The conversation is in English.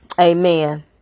Amen